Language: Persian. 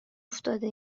افتاده